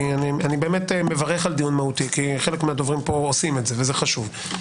כי אני מברך על דיון מהותי כי חלק מהדוברים פה עושים זאת וזה חשוב.